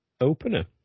opener